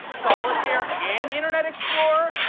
solitaire and internet explorer?